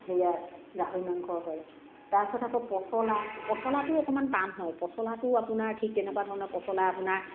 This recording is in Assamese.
সেয়া গাহৰি মাংস হয় তাৰপাছত আকৌ পচলা পচলাটোও অকণমান টান হয় পচলাটোও আপোনাৰ ঠিক তেনেকুৱা ধৰণৰ পচলাটো আপোনাৰ